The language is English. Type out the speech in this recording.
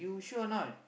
you sure or not